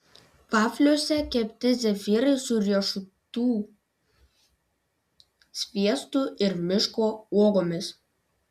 vafliuose kepti zefyrai su riešutų sviestu ir miško uogomis